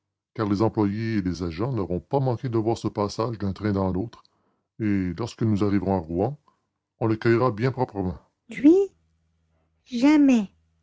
car les employés et les agents n'auront pas manqué de voir ce passage d'un train dans l'autre et lorsque nous arriverons à rouen on le cueillera bien proprement lui jamais